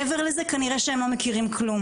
מעבר לזה כנראה שהם לא מכירים כלום.